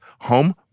home